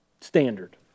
standard